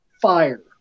fire